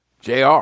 JR